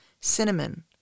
Cinnamon